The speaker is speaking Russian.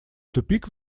тупик